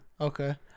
Okay